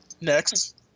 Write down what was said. Next